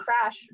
crash